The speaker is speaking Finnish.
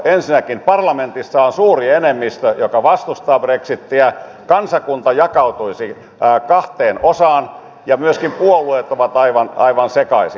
ensinnäkin parlamentissa on suuri enemmistö joka vastustaa brexitiä kansakunta jakautuisi kahteen osaan ja myöskin puolueet ovat aivan sekaisin